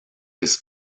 his